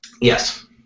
Yes